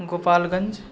Gopalganj